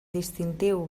distintiu